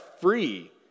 free